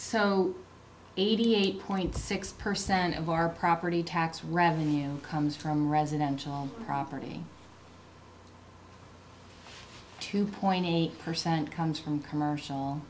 so eighty eight point six percent of our property tax revenue comes from residential property two point eight percent comes from commercial